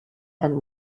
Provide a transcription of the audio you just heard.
and